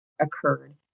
occurred